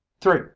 three